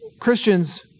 Christians